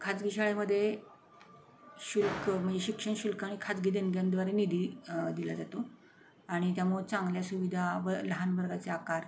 खाजगी शाळेमध्ये शुल्क म्हणजे शिक्षण शुल्क आणि खाजगी देणग्यांद्वारे निधी दिला जातो आणि त्यामुळे चांगल्या सुविधा व लहान वर्गाचे आकार